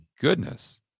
goodness